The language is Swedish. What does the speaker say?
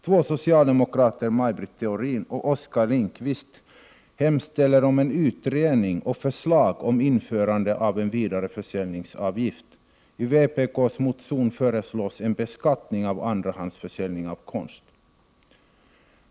Två socialdemokrater, Maj Britt Theorin och Oskar Lindkvist, hemställer om en utredning och förslag om införande av en vidareförsäljningsavgift. I vpk:s motion föreslås en beskattning av andrahandsförsäljning av konst.